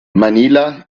manila